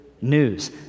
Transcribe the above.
news